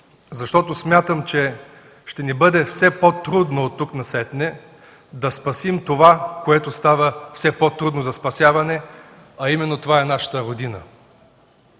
защото смятам, че ще ни бъде все по-трудно оттук насетне да спасим това, което става все по-трудно за спасяване, а именно това е нашата Родина.